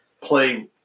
play